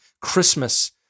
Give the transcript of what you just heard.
Christmas